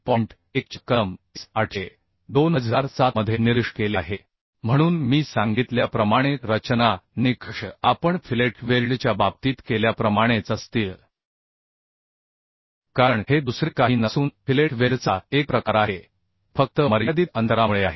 1 च्या कलम IS 8002007मध्ये निर्दिष्ट केले आहे तर मी सांगितल्याप्रमाणे रचना निकष आपण फिलेट वेल्डच्या बाबतीत केल्याप्रमाणेच असतील कारण हे दुसरे काही नसून फिलेट वेल्डचा एक प्रकार आहे फक्त मर्यादित अंतरामुळे आहे